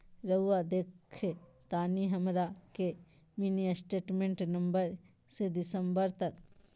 रहुआ देखतानी हमरा के मिनी स्टेटमेंट नवंबर से दिसंबर तक?